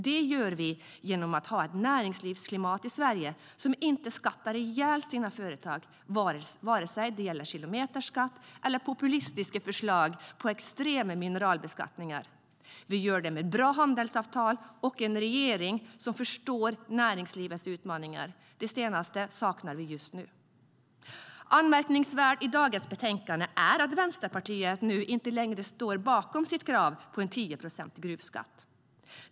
Det gör vi genom att ha ett näringslivsklimat i Sverige som inte skattar ihjäl sina företag vare sig det gäller kilometerskatt eller populistiska förslag på extrema mineralbeskattningar. Vi gör det med bra handelsavtal och en regering som förstår näringslivets utmaningar. Det senaste saknar vi just nu. Anmärkningsvärt i dagens betänkande är att Vänsterpartiet inte längre står bakom sitt krav på en 10-procentig gruvskatt.